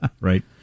Right